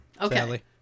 Okay